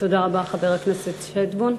תודה רבה, חבר הכנסת שטבון.